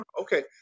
Okay